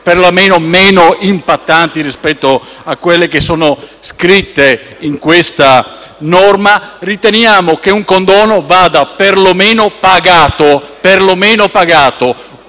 perlomeno meno impattanti rispetto a quelle scritte in questa norma. Riteniamo che un condono vada perlomeno pagato: